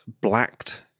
blacked